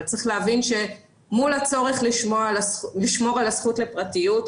אבל צריך להבין שמול הצורך לשמור על הזכות לפרטיות,